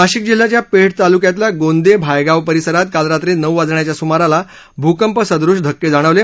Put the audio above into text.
नाशिक जिल्ह्याच्या पेठ तालुक्यातल्या गोंदे भायगाव परिसरात काल रात्री नऊ वाजेच्या सुमारास भूकंप सदूश धक्के जाणवले